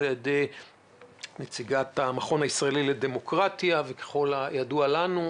על ידי נציגת המכון הישראלי לדמוקרטיה וככל הידוע לנו,